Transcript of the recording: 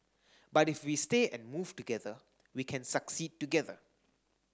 but if we stay and move together we can succeed together